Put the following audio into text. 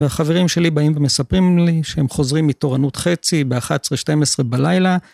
והחברים שלי באים ומספרים לי שהם חוזרים מתורנות חצי, ב-11-12 בלילה.